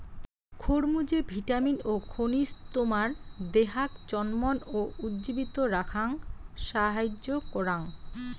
খরমুজে vitamin ও খনিজ তোমার দেহাক চনমন ও উজ্জীবিত রাখাং সাহাইয্য করাং